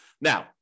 Now